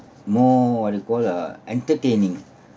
more what we call uh entertaining